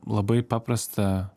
labai paprastą